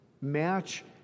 match